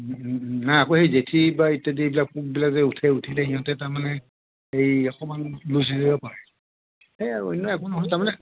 নাই আকৌ সেই জেঠী বা ইত্যাদি এইবিলাক পোকবিলাক যে উঠে উঠিলে সিহঁতে তাৰমানে সেই অকণমান লুজ কৰিছে যেন পাই সেই আৰু অন্য একো নহয় তাৰমানে